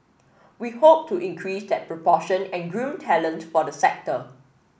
we hope to increase that proportion and groom talent for the sector